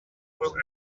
will